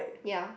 ya